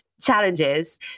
challenges